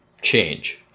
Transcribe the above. change